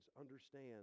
understand